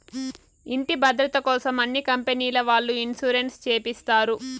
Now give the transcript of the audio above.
ఇంటి భద్రతకోసం అన్ని కంపెనీల వాళ్ళు ఇన్సూరెన్స్ చేపిస్తారు